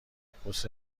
کوس